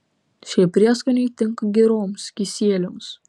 šie prieskoniai tinka giroms kisieliams